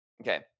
Okay